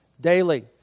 Daily